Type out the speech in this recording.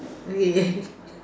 okay yeah